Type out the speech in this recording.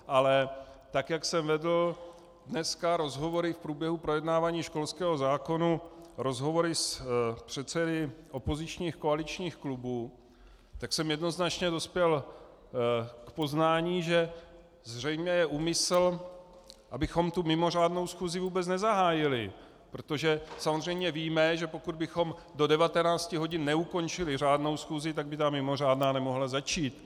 Ale tak jak jsem vedl dneska rozhovory v průběhu projednávání školského zákonu, rozhovory s předsedy opozičních koaličních klubů, tak jsem jednoznačně dospěl k poznání, že zřejmě je úmysl, abychom tu mimořádnou schůzi vůbec nezahájili, protože samozřejmě víme, že pokud bychom do 19 hodin neukončili řádnou schůzi, tak by ta mimořádná nemohla začít.